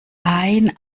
ein